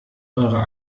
eurer